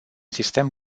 sistem